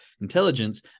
intelligence